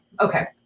okay